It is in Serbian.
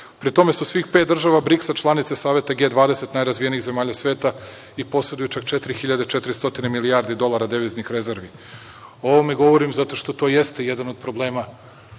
Pri tome su svih pet država BRIKS-a članice Saveta G20 najrazvijenijih zemalja sveta i poseduju čak 400 milijardi dolara deviznih rezervi. O ovome govorim zato što to jeste jedan od problema